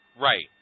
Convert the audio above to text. Right